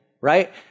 right